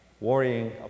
Worrying